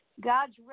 God's